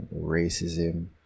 racism